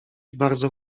bardzo